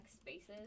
spaces